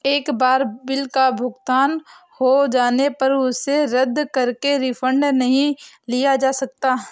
एक बार बिल का भुगतान हो जाने पर उसे रद्द करके रिफंड नहीं लिया जा सकता